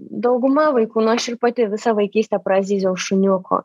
dauguma vaikų nu aš ir pati visą vaikystę prazyziau šuniuko